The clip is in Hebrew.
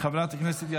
חברת הכנסת טלי גוטליב,